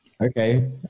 Okay